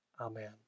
Amen